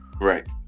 Right